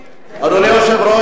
לא.